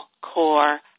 core